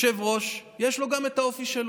יושב-ראש, יש לו גם האופי שלו,